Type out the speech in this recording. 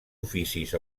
oficis